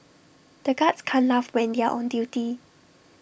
the guards can laugh when they are on duty